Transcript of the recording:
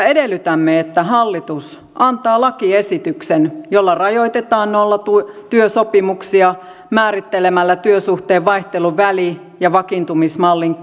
edellytämme että hallitus antaa lakiesityksen jolla rajoitetaan nollatyösopimuksia määrittelemällä työsuhteen vaihteluväli ja vakiintumismallin